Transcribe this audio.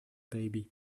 baby